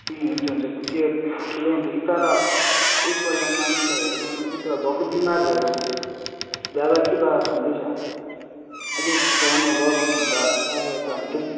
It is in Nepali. ए हुन्छ हुन्छ त्यो ठुलो हुन्छ कि तर एकपल्ट नानीलाई हेराउनु उ त भक्कु बिमार भएर उ बाबा कि बाबा भन्दैछ अलिक छिटो आउनुभयो भने त सहायता हुन्थ्यो